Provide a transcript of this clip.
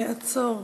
עצור,